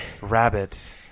Rabbit